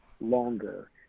longer